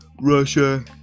Russia